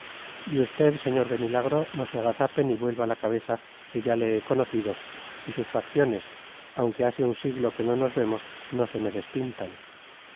y usted señor de milagro no se agazape ni vuelva la cabeza que ya le he conocido y sus facciones aunque hace un siglo que no nos vemos no se me despintan